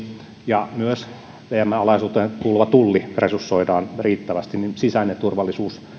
ja myös vmn alaisuuteen kuuluva tulli resursoidaan riittävästi niin sisäinen turvallisuus